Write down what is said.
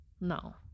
No